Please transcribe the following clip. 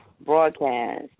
broadcast